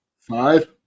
Five